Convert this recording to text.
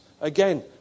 Again